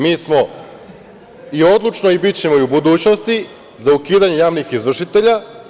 Mi smo i odlučno i bićemo i u budućnosti za ukidanje javnih izvršitelja.